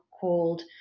called